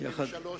ב-1973 אמרת,